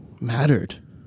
mattered